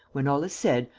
when all is said,